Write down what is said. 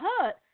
hurt